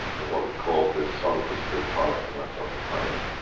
or what we call the solid-state part of the matter of the planet.